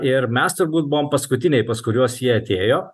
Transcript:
ir mes turbūt buvom paskutiniai pas kuriuos jie atėjo